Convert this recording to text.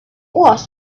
was